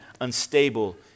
unstable